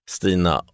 Stina